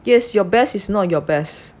yes your best is not your best